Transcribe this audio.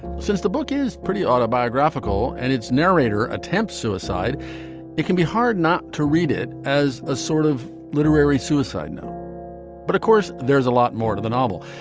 since the book is pretty autobiographical and its narrator attempts suicide it can be hard not to read it as a sort of literary suicide. but of course there's a lot more to the novel.